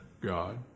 God